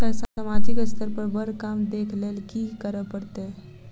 Sir सामाजिक स्तर पर बर काम देख लैलकी करऽ परतै?